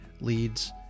leads